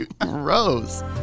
Gross